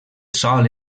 sòl